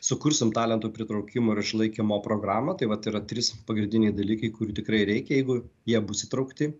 sukursim talentų pritraukimo ir išlaikymo programą tai vat yra trys pagrindiniai dalykai kurių tikrai reikia jeigu jie bus įtraukti